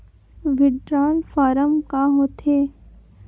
withdrawal form का होथेय